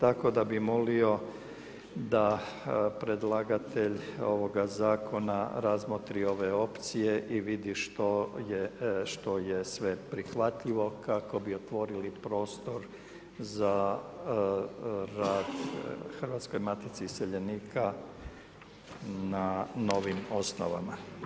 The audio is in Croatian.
Tako da bi molio da predlagatelj ovoga zakona razmotri ove opcije i vidi što je sve prihvatljivo kako bi otvorili prostor za rad Hrvatskoj matici iseljenika na novim osnovama.